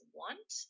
want